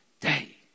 day